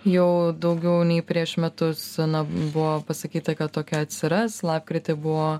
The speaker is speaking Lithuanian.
jau daugiau nei prieš metus buvo pasakyta kad tokia atsiras lapkritį buvo